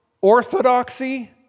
orthodoxy